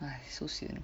!hais! so sian